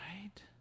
right